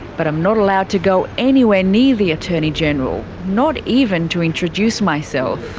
but i'm not allowed to go anywhere near the attorney general, not even to introduce myself.